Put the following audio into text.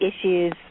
issues